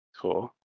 cool